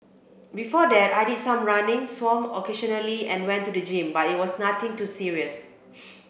before that I did some running swam occasionally and went to the gym but it was nothing too serious